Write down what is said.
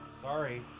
Sorry